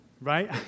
right